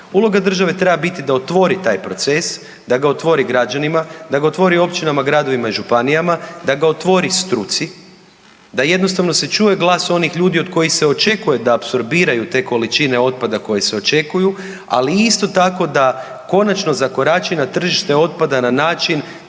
Uloga države treba biti da otvori taj proces, da ga otvori građanima, da ga otvori općinama, gradovima i županijama, da ga otvori struci, da jednostavno se čuje glas onih ljudi od kojih se očekuje da apsorbiraju te količine otpada koje se očekuju, ali isto tako da konačno zakorači na tržište otpada na način